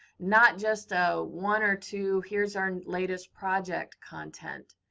not just a one or two, here's our latest project content.